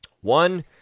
One